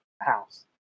house